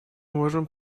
можем